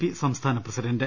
P സംസ്ഥാന president